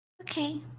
Okay